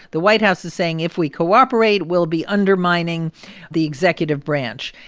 the white house is saying if we cooperate, we'll be undermining the executive branch.